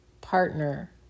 partner